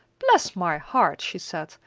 bless my heart! she said.